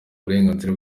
uburenganzira